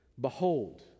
Behold